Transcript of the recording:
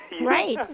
Right